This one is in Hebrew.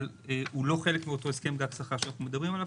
אבל הוא לא חלק מאותו הסכם גג שכר שאנחנו מדברים כאן.